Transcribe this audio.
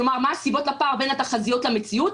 כלומר מה הסיבות לפער בין התחזיות למציאות,